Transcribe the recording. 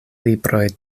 libroj